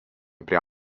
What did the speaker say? prie